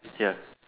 ya